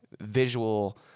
visual